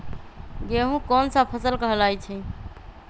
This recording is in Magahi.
गेहूँ कोन सा फसल कहलाई छई?